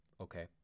okay